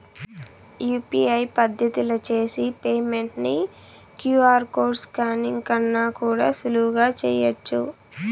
UPI పద్దతిల చేసి payment ని క్యూ.ఆర్ కోడ్ స్కానింగ్ కన్నా కూడా సులువుగా చేయచ్చు